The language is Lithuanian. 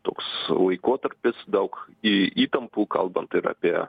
toks laikotarpis daug į įtampų kalbant ir apie